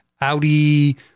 Audi